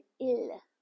ill